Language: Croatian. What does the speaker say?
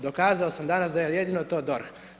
Dokazao sam danas da je jedino to DORH.